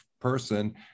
person